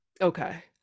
okay